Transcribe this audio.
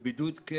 בידוד כן